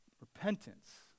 Repentance